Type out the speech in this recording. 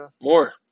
more